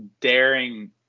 daring